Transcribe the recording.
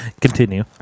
continue